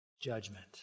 Judgment